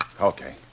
Okay